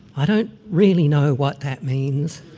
i don't really know what that means,